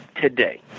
today